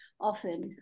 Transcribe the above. often. (